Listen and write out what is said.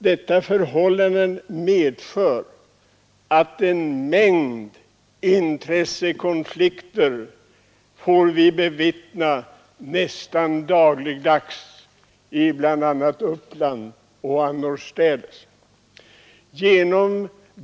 Detta förhållande medför att vi nästan dagligdags i bl.a. Uppland får bevittna många intressekonflikter.